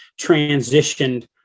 transitioned